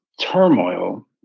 turmoil